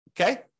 Okay